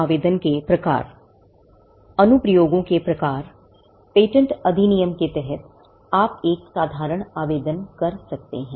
अनुप्रयोगों के प्रकार पेटेंट अधिनियम के तहत आप एक साधारण आवेदन कर सकते हैं